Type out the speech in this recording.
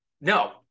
No